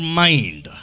mind